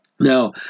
Now